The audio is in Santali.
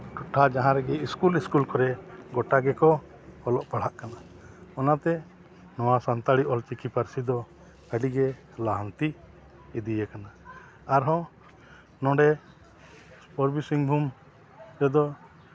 ᱴᱚᱴᱷᱟ ᱡᱟᱦᱟᱸ ᱨᱮᱜᱮ ᱤᱥᱠᱩᱞ ᱤᱥᱠᱩᱞ ᱠᱚᱨᱮᱫ ᱜᱚᱴᱟ ᱜᱮᱠᱚ ᱚᱞᱚᱜ ᱯᱟᱲᱦᱟᱜ ᱠᱟᱱᱟ ᱚᱱᱟᱛᱮ ᱱᱚᱣᱟ ᱥᱟᱱᱛᱟᱲᱤ ᱚᱞ ᱪᱤᱠᱤ ᱯᱟᱹᱨᱥᱤ ᱫᱚ ᱟᱹᱰᱤ ᱜᱮ ᱞᱟᱦᱟᱱᱛᱤ ᱤᱫᱤᱭ ᱟᱠᱟᱱᱟ ᱟᱨ ᱦᱚᱸ ᱱᱚᱰᱮ ᱯᱩᱨᱵᱤ ᱥᱤᱝᱷᱩᱢ ᱨᱮᱫᱚ